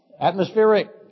Atmospheric